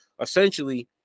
essentially